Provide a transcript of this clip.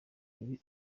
ibi